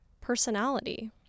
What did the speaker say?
personality